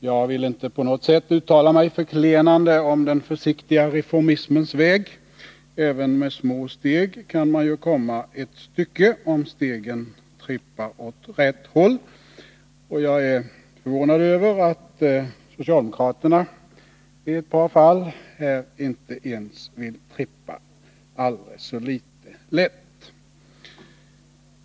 Jag vill inte på något sätt uttala mig förklenande om den försiktiga reformismens väg — även med små steg kan man ju komma ett stycke, om stegen trippar åt rätt håll — och jag är förvånad över att socialdemokraternaii ett par fall inte ens vill trippa aldrig så litet lätt.